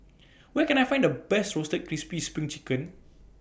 Where Can I Find The Best Roasted Crispy SPRING Chicken